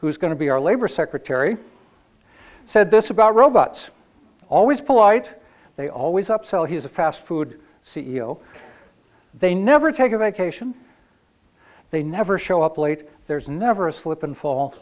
is going to be our labor secretary said this about robots always polite they always up sell he's a fast food c e o they never take a vacation they never show up late there's never a slip and fall